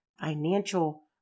financial